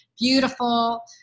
beautiful